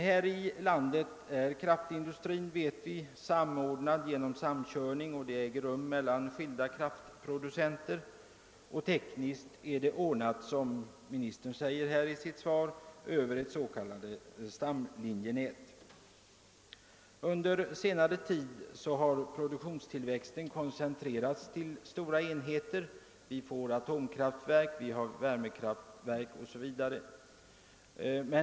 Här i landet är kraftindustrin, som vi vet, samordnad genom samkörning mellan skilda kraftproducenter. Tekniskt är detta ordnat — som industriministern framhåller i svaret — genom ett s.k. stamlinjenät. Under senare tid har produktionstillväxten koncentrerats till stora enheter; vi får atomkraftverk, vi har värmekraftverk o.s.v.